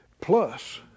plus